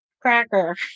cracker